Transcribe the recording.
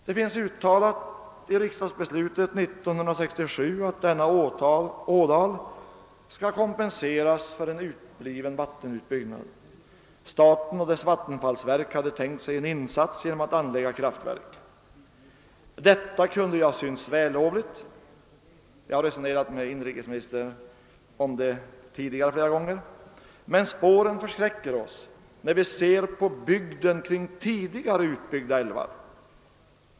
Det finns uttalat i riksdagsbeslutet 1967 att denna ådal skall kompenseras för en utebliven vattenutbyggnad. Staten och dess vattenfallsverk hade tänkt sig en insats genom att anlägga kraftverk. Detta kunde ju ha synts vällovligt. Jag har resonerat med inrikesministern om detta flera gånger tidigare. Men spåren förskräcker när vi ser på bygden kring tidigare utbyggda älvar.